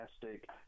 fantastic